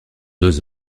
deux